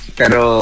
pero